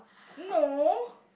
no